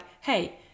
hey